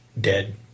dead